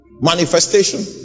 manifestation